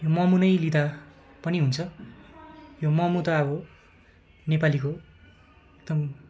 यो मम नै लिँदा पनि हुन्छ यो मम त अब नेपालीको एकदम